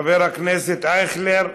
חבר הכנסת אייכלר,